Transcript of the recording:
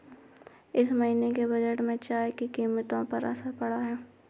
इस महीने के बजट में चाय की कीमतों पर असर पड़ा है